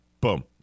Boom